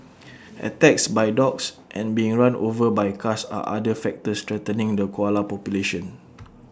attacks by dogs and being run over by cars are other factors threatening the koala population